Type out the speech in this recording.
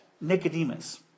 Nicodemus